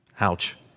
Ouch